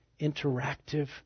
interactive